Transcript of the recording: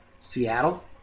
Seattle